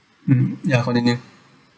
mm ya continue